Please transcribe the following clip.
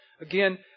Again